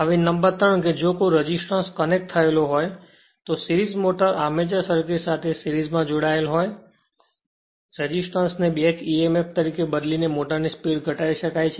હવે નંબર 3 કે જો કોઈ રેસિસ્ટન્સ કનેક્ટ થયેલ હોય તો સિરીજ મોટર આર્મચર સર્કિટ સાથે સિરીજમાં જોડાયેલ હોય રેસિસ્ટન્સ ને બેક Emf તરીકે બદલી ને મોટરની સ્પીડ ઘટાડી શકાય છે